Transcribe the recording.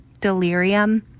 delirium